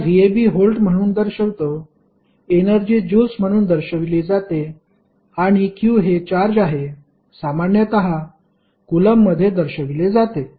आता vab volt म्हणून दर्शवतो एनर्जी ज्यूल्स म्हणून दर्शविली जाते आणि q हे चार्ज आहे सामान्यतः कुलम्बमध्ये दर्शविले जाते